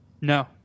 No